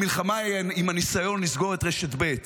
המלחמה היא עם הניסיון לסגור את רשת ב',